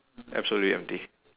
absolutely empty